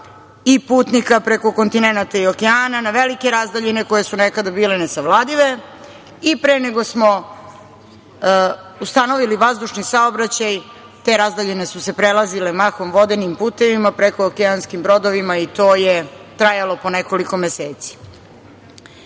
i putnika preko kontinenata i okeana na velike razdaljine koje su nekada bile nesavladive i ne pre nego smo ustanovili vazdušni saobraćaj te razdaljine su se prelazile mahom vodenim putevima prekookeanskim brodovima i to je trajalo po nekoliko meseci. Nekada